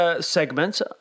Segment